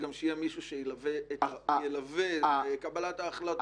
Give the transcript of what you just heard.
אני התכוונתי שגם יהיה מישהו שילווה את קבלת ההחלטות,